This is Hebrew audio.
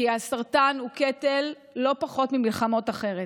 כי הסרטן הוא קטל לא פחות ממלחמות אחרות.